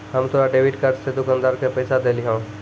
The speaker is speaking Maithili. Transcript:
हम तोरा डेबिट कार्ड से दुकानदार के पैसा देलिहों